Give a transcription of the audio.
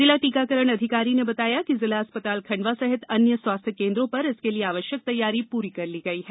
जिला टीकाकरण अधिकारी ने बताया कि जिला अस्पताल खण्डवा सहित अन्य स्वास्थ्य केंद्रो पर इसके लिए आवश्यक तैयारी पूरी कर ली गई है